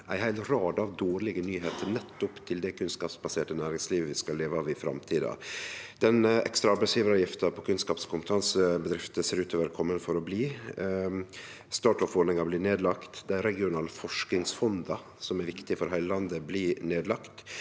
ei heil rad av dårlege nyheiter nettopp til det kunnskapsbaserte næringslivet vi skal leve av i framtida. Den ekstra arbeidsgjevaravgifta på kunnskaps- og kompetansebedrifter ser ut til å ha kome for å bli. StartOff-ordninga blir nedlagd. Dei regionale forskingsfonda, som er viktige for heile landet, blir nedlagde.